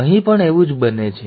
અહીં પણ એવું જ બને છે